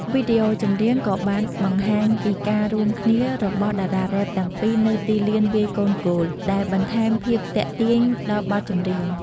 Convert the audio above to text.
វីដេអូចម្រៀងក៏បានបង្ហាញពីការរួមគ្នារបស់តារារ៉េបទាំងពីរនៅទីលានវាយកូនហ្គោល ដែលបន្ថែមភាពទាក់ទាញដល់បទចម្រៀង។